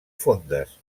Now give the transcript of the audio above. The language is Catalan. fondes